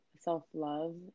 self-love